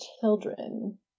children